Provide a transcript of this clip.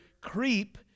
creep